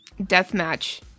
deathmatch